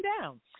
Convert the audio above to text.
down